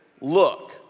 look